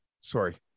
Sorry